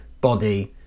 body